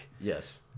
Yes